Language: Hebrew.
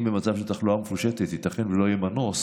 במצב של תחלואה מפושטת ייתכן שלא יהיה מנוס